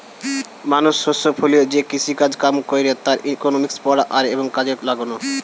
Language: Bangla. মানুষ শস্য ফলিয়ে যে কৃষিকাজ কাম কইরে তার ইকোনমিক্স পড়া আর এবং কাজে লাগালো